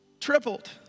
Tripled